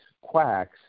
quacks